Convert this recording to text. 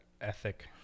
ethic